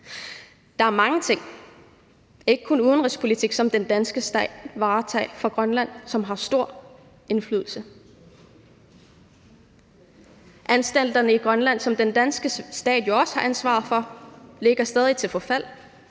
Der er mange ting, ikke kun udenrigspolitik, som den danske stat varetager for Grønland, som har stor indflydelse. Anstalterne i Grønland, som den danske stat jo også har ansvaret for, er stadig i forfald,